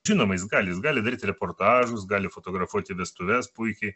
žinoma jis gali jis gali daryti reportažus gali fotografuoti vestuves puikiai